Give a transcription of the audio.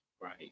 Right